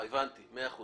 הבנתי, מאה אחוז.